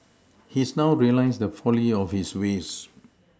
he's now realised the folly of his ways